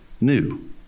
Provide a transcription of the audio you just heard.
new